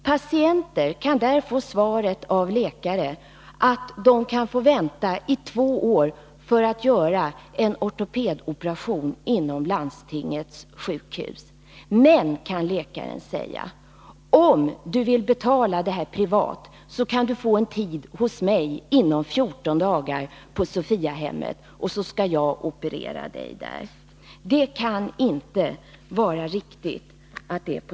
Patienter kan där få beskedet av läkare att de måste vänta två år för att få en ortopedisk operation utförd vid landstingets sjukhus. Men, kan läkaren säga, om du vill betala det här privat, kan du få en tid hos mig inom 14 dagar på Sophiahemmet, så skall jag operera dig där. Detta kan inte vara en riktig ordning.